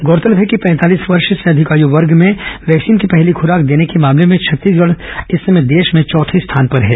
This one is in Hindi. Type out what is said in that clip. गौरतलब है कि पैंतालीस वर्ष से अधिक आयु वर्ग में वैक्सीन की पहली खुराक देने के मामले में छत्तीसगढ़ इस समय देश में चौथे स्थान पर है